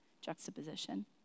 juxtaposition